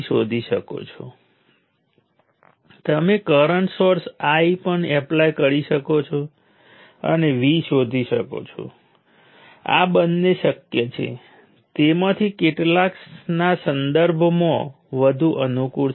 તો ચાલો હું એ જ N ટર્મિનલ એલિમેન્ટને ફરીથી ધ્યાનમાં લઈએ અને આપણી પાસે N કરંટો I1I2 IN 1IN છે